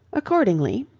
accordingly,